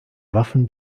waffen